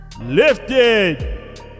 lifted